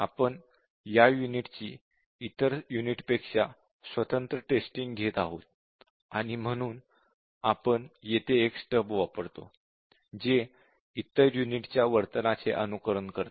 आपण या युनिटची इतर युनिटपेक्षा स्वतंत्र टेस्टिंग घेत आहोत आणि म्हणून आपण येथे एक स्टब वापरतो जे इतर युनिटच्या वर्तनाचे अनुकरण करते